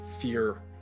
fear